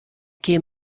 kin